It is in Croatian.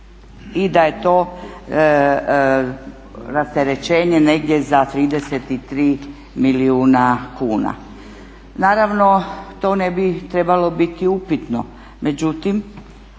i da je to rasterećenje negdje za 33 milijuna kuna. Naravno to ne bi trebalo biti upitno,